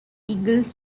eagle